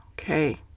Okay